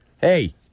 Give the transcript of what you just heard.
Hey